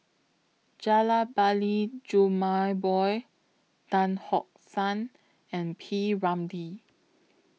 Rajabali Jumabhoy Tan Tock San and P Ramlee